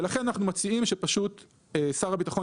ולכן אנחנו מציעים ששר הביטחון,